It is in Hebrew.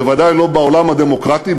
בוודאי לא בעולם הדמוקרטי,